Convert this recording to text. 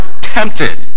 tempted